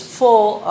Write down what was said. full